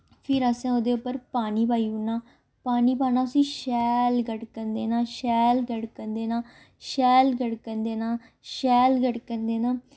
फिर असें ओह्दे उप्पर पानी पाई ओड़ना पानी पाना उसी शैल गड़कन देना शैल गड़कन देना शैल गड़कन देना शैल गड़कन देना